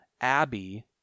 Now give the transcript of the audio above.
Abby